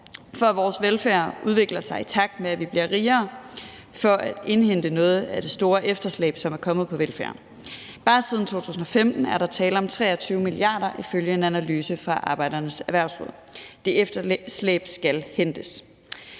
for at vores velfærd udvikler sig, i takt med at vi bliver rigere, og for at indhente noget af det store efterslæb, som er kommet på velfærden. Bare siden 2015 er der tale om 23 mia. kr. ifølge en analyse fra Arbejderbevægelsens Erhvervsråd. Det efterslæb skal hentes.